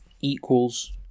equals